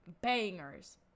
bangers